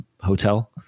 hotel